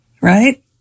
right